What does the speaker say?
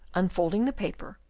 unfolding the paper,